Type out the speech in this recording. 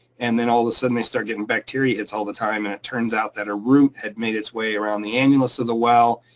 and then all of a sudden, they start getting bacteria hits all the time. and it turns out that a root had made its way around the annulus of the well,